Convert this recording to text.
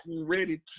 ready